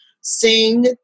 sing